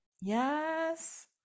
Yes